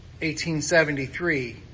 1873